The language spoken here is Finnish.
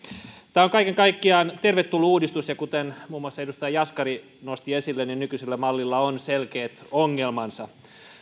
tämä on kaiken kaikkiaan tervetullut uudistus ja kuten muun muassa edustaja jaskari nosti esille nykyisellä mallilla on selkeät ongelmansa